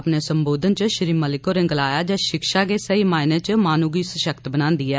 अपने सम्बोधन च श्री मलिक होरें गलाया जे शिक्षा गै सेई मायने च माहनू गी सशक्त बनान्दी ऐ